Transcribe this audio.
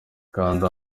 kanda